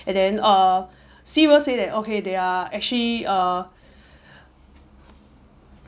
and then uh seaworld say that okay they are actually uh